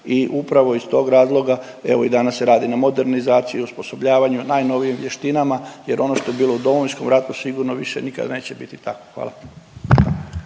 i upravo iz tog razloga evo i danas se radi na modernizaciji i osposobljavanju najnovijim vještinama, jer ono što je bilo u Domovinskom ratu sigurno više nikada neće biti tako. Hvala.